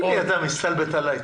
אתה מסתלבט עלי?